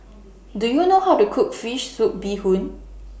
Do YOU know How to Cook Fish Soup Bee Hoon